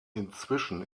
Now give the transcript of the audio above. inzwischen